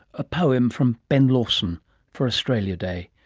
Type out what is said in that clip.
a poem from ben lawson for australia day.